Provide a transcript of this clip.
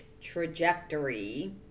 trajectory